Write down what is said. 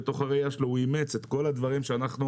בתוך הראיה שלו הוא אימץ את כל הדברים שאנחנו